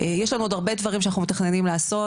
יש לנו עוד הרבה דברים שאנחנו מתכננים לעשות,